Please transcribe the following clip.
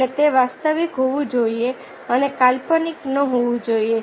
અને તે વાસ્તવિક હોવું જોઈએ અને કાલ્પનિક ન હોવું જોઈએ